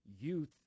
youth